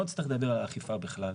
לא תצטרך לדבר על אכיפה בכלל.